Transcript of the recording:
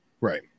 Right